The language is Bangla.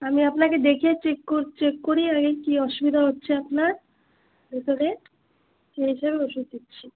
আমি আপনাকে দেখিয়ে চেক করে চেক করিয়ে আগে কী অসুবিধা হচ্ছে আপনার রিপোর্টে সেই হিসাবে ওষুধ দিচ্ছি